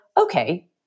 Okay